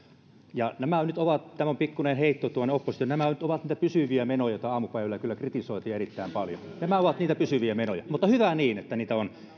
ja nämä nyt ovat tämä on pikkuinen heitto tuonne oppositioon niitä pysyviä menoja joita aamupäivällä kyllä kritisoitiin erittäin paljon nämä ovat niitä pysyviä menoja mutta hyvä niin että niitä on